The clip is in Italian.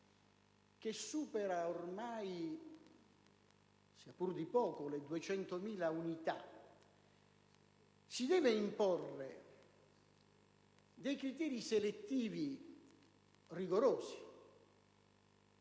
che supera ormai, sia pure di poco, le 200.000 unità si deve imporre dei criteri selettivi rigorosi: